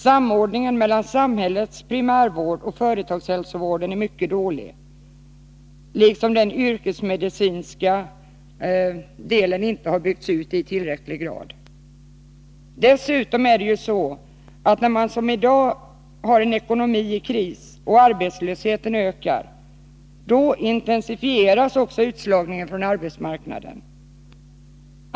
Samordningen mellan samhällets primärvård och företagshälsovården är mycket dålig, liksom att den yrkesmedicinska delen inte har byggts ut i tillräcklig grad. Dessutom är det så att när ekonomin är i kris och arbetslösheten ökar, som i dag, då intensifieras också utslagningen från arbetsmarknaden.